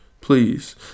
please